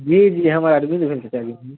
जी जी हम अरविन्द भेल चचाजी